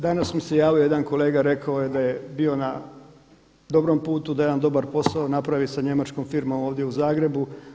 Danas mi se javio jedan kolega, rekao je da je bio na dobrom putu da jedan dobar posao napravi sa njemačkom firmom ovdje u Zagrebu.